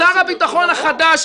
לשר הביטחון החדש,